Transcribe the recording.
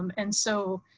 um and so,